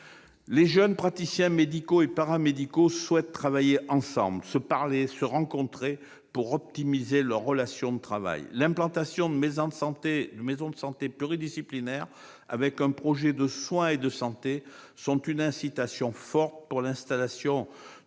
les jeunes praticiens médicaux et paramédicaux souhaitent travailler ensemble, se parler, se rencontrer pour optimiser leurs relations de travail. L'implantation de maisons de santé pluridisciplinaires, avec un projet de soins et de santé, constitue une incitation forte pour l'installation